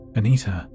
Anita